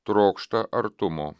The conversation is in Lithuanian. trokšta artumo